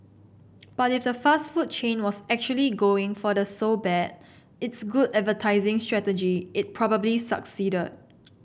but if the fast food chain was actually going for the so bad it's good advertising strategy it probably succeeded